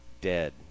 dead